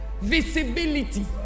Visibility